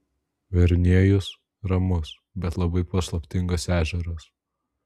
verniejus ramus bet labai paslaptingas ežeras